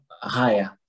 higher